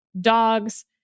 dogs